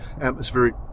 atmospheric